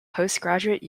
postgraduate